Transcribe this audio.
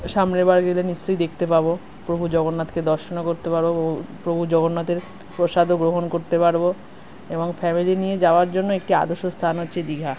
সামনের বার গেলে নিশ্চয়ই দেখতে পাবো প্রভু জগন্নাথকে দর্শনও করতে পারবো প্রভু প্রভু জগন্নাথের প্রসাদও গ্রহণ করতে পারবো এবং ফ্যামিলি নিয়ে যাওয়ার জন্য একটি আদর্শ স্থান হচ্ছে দীঘা